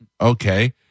okay